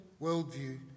worldview